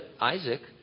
Isaac